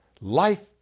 life